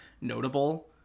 notable